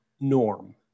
norm